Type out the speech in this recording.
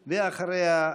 ואחריה,